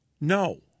No